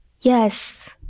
Yes